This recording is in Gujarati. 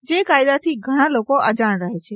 જે કાયદાથી ધણાં લોકો અજાણ રહે છે